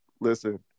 listen